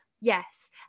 Yes